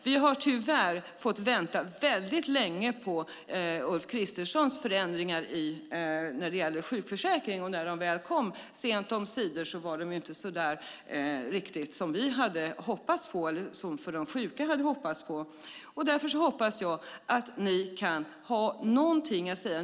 Vi har tyvärr fått vänta väldigt länge på Ulf Kristerssons förändringar när det gäller sjukförsäkringen, och när de sent omsider kom var de ju inte riktigt som vi hade hoppats på och som de sjuka hade hoppats på. Därför hoppas jag att ni kan ha någonting att säga.